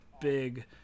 big